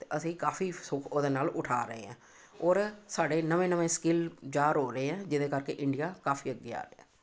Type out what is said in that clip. ਅਤੇ ਅਸੀਂ ਕਾਫ਼ੀ ਸੁੱਖ ਉਹਦੇ ਨਾਲ ਉਠਾ ਰਹੇ ਹਾਂ ਔਰ ਸਾਡੇ ਨਵੇਂ ਨਵੇਂ ਸਕਿੱਲ ਉਜਾਰ ਹੋ ਰਹੇ ਆ ਜਿਹਦੇ ਕਰਕੇ ਇੰਡੀਆ ਕਾਫ਼ੀ ਅੱਗੇ ਆ ਰਿਹਾ